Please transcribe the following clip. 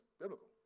biblical